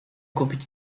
kupić